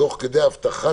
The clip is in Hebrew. תוך כדי הבטחה